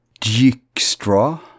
Dijkstra